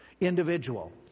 individual